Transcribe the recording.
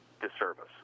disservice